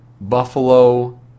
Buffalo